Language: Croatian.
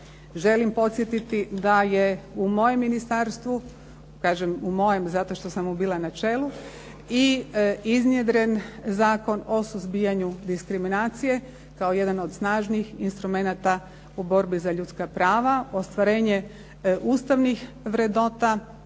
Želim podsjetiti da je u mojem ministarstvu, kažem u mojem zato što sam mu bila na čelu i iznjedren Zakon o suzbijanju diskriminacije kao jedan od snažnih instrumenata u borbi za ljudska prava, ostvarenje ustavnih vrednota